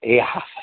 એ હાં